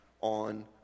on